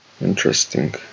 Interesting